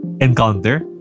encounter